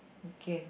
okay